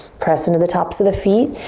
press in to the tops of the feet,